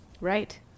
right